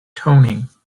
toning